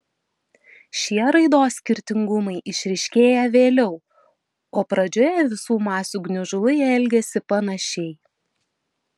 šie raidos skirtingumai išryškėja vėliau o pradžioje visų masių gniužulai elgiasi panašiai